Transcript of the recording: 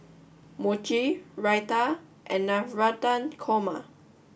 Mochi Raita and Navratan Korma